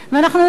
אנחנו יודעים,